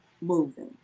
moving